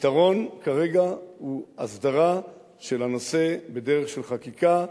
הפתרון כרגע הוא הסדרה של הנושא בדרך של חקיקה.